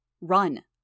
Run